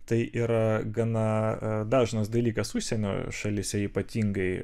tai yra gana dažnas dalykas užsienio šalyse ypatingai